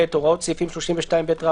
(ב)הוראות סעיפים 32ב(ג),